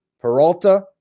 Peralta